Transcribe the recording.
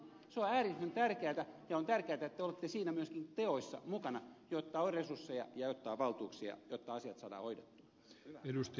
se on äärimmäisen tärkeätä ja on tärkeätä että te olette siinä myöskin teoissa mukana jotta on resursseja ja jotta on valtuuksia jotta asiat saadaan hoidettua